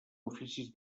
oficis